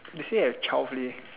they say have twelve leh